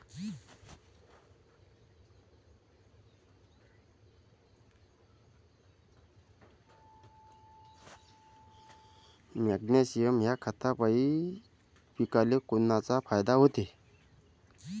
Magnesium ह्या खतापायी पिकाले कोनचा फायदा होते?